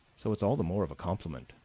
so it's all the more of a compliment,